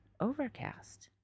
overcast